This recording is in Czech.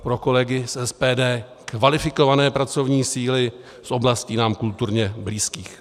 Pro kolegy z SPD: kvalifikované pracovní síly z oblastí nám kulturně blízkých.